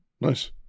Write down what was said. Nice